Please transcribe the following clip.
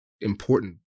important